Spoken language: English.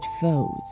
foes